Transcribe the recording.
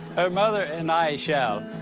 her mother and i shall!